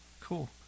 Cool